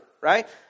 right